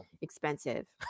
expensive